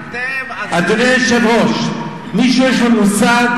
אדוני היושב-ראש, מישהו יש לו מושג?